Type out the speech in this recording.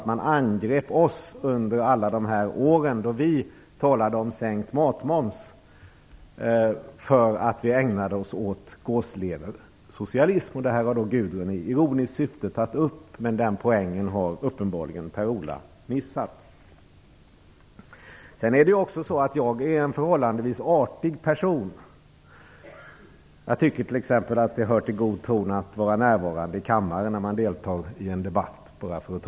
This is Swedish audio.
Man angrep ju oss under alla år då vi talade om sänkt matmoms. Vi beskylldes för att ägna oss åt gåsleversocialism. Det har Gudrun Schyman i ironiskt syfte tagit upp. Den poängen har Per-Ola Eriksson uppenbarligen missat. Jag är en förhållandevis artig person. Jag tycker t.ex. att det hör till god ton att vara närvarande i kammaren när man skall delta i en debatt.